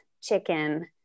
chicken